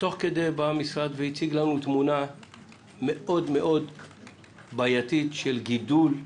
ותוך כדי המשרד הציג לנו תמונה מאוד מאוד בעייתית של גידול.